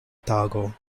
tago